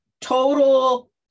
total